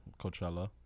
Coachella